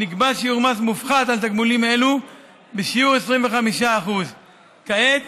נקבע שיעור מס מופחת על תגמולים אלו בשיעור 25%. כעת